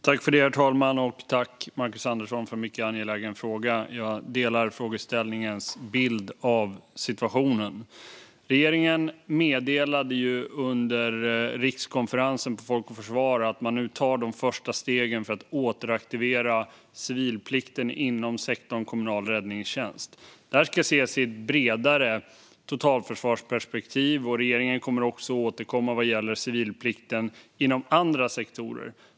Herr talman! Tack, Marcus Andersson, för en mycket angelägen fråga! Jag delar frågeställarens bild av situationen. Regeringens meddelade under rikskonferensen Folk och Försvar att man nu tar de första stegen för att återaktivera civilplikten inom sektorn kommunal räddningstjänst. Det ska ses i ett bredare totalförsvarsperspektiv. Regeringen kommer att återkomma vad gäller civilplikten inom andra sektorer.